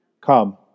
Come